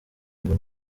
ngo